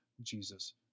Jesus